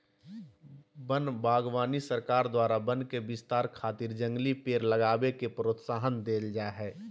वन बागवानी सरकार द्वारा वन के विस्तार खातिर जंगली पेड़ लगावे के प्रोत्साहन देल जा हई